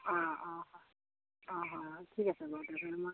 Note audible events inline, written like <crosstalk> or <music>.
অ অ অ হয় হয় ঠিক আছে বাৰু <unintelligible>